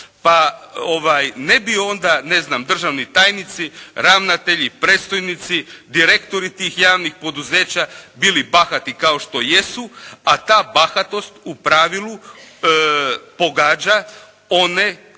Pa ne bi onda, ne znam, državni tajnici, ravnatelji, predstojnici, direktori tih javnih poduzeća bili bahati kao što jesu. A ta bahatost u pravilu pogađa one koji